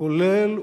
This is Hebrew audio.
כולל,